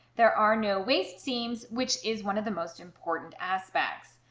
there are no waist seams which is one of the most important aspects.